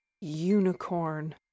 unicorn